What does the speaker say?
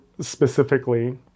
specifically